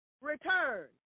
return